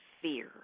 fear